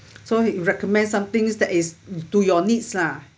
so he recommend something that is to your needs lah